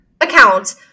account